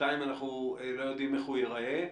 ושאנחנו לא יודעים איך הוא ייראה.